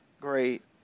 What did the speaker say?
great